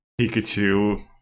Pikachu